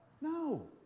No